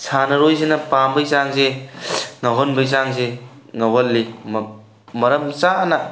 ꯁꯥꯟꯅꯔꯣꯏꯁꯤꯅ ꯄꯥꯝꯕꯩ ꯆꯥꯡꯁꯤ ꯉꯥꯎꯍꯟꯕꯩ ꯆꯥꯡꯁꯤ ꯉꯥꯎꯍꯜꯂꯤ ꯃꯔꯝ ꯆꯥꯅ